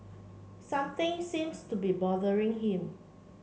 something seems to be bothering him